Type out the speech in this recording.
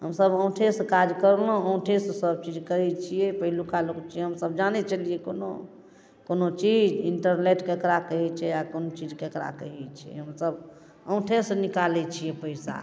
हम सभ अङ्गूठेसँ काज करलहुँ अङ्गूठेसँ सभ चीज करै छियै पहिलुका लोक छियै हम सभ जानै छलिये कोनो कोनो चीज इंटरनेट ककरा कहै छै आओर कोनो चीज ककरा कहै छै हम सभ अङ्गूठेसँ निकालै छियै पैसा